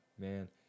Man